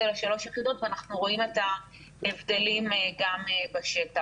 זה לשלוש יחידות ואנחנו רואים את ההבדלים גם בשטח.